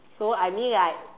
so I mean like